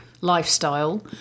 lifestyle